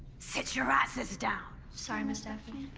sit your asses down! sorry ms. daphne.